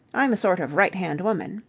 i'm a sort of right-hand woman.